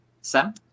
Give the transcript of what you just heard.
Sam